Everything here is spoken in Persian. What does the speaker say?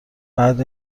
بعد